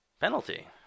penalty